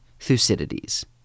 Thucydides